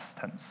tense